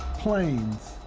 planes,